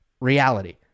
reality